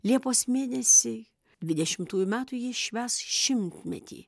liepos mėnesį dvidešimtųjų metų ji švęs šimtmetį